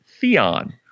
theon